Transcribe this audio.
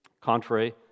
contrary